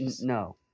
no